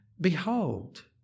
Behold